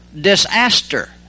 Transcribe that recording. disaster